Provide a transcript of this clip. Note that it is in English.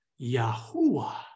Yahuwah